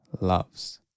loves